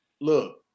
look